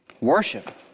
worship